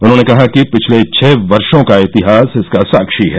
उन्होंने कहा कि पिछले छह वर्षों का इतिहास इसका साक्षी है